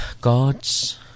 Gods